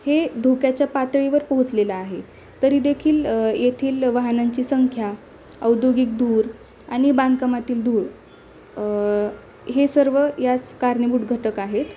हे धोक्याच्या पातळीवर पोहोचलेलं आहे तरीदेखील येथील वाहनांची संख्या औद्योगिक धूर आणि बांधकमातील धूळ हे सर्व याच कारणीभूत घटक आहेत